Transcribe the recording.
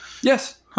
Yes